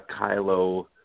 Kylo